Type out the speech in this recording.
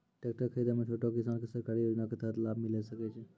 Tractor खरीदै मे छोटो किसान के सरकारी योजना के तहत लाभ मिलै सकै छै?